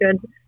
good